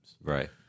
Right